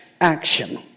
action